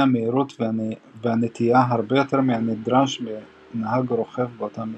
המהירות והנטיה הרבה יותר מהנדרש מנהג רכב באותה מהירות.